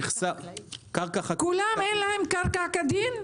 לכולם אין קרקע כדין?